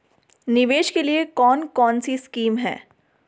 निवेश के लिए कौन कौनसी स्कीम हैं?